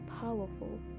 powerful